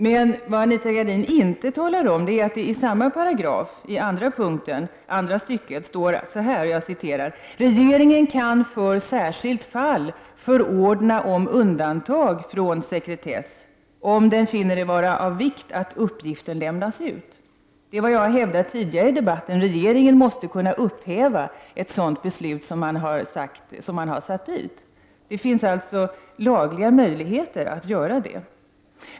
Men vad hon inte nämner är att det i samma paragraf, punkt 2, andra stycket står: ”Regeringen kan för särskilt fall förordna om undantag från sekretess -—-—- om den finner det vara av vikt att uppgiften lämnas ut.” Detta har jag hävdat tidigare i debatter. Regeringen måste kunna upphäva ett sådant beslut. Det finns alltså lagliga möjligheter att göra det.